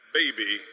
baby